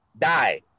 die